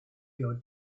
your